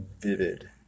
vivid